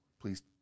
Please